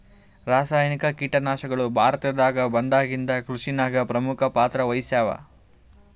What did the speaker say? ರಾಸಾಯನಿಕ ಕೀಟನಾಶಕಗಳು ಭಾರತದಾಗ ಬಂದಾಗಿಂದ ಕೃಷಿನಾಗ ಪ್ರಮುಖ ಪಾತ್ರ ವಹಿಸ್ಯಾವ